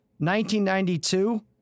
1992